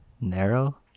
narrow